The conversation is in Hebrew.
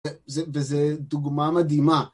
וזה דוגמה מדהימה.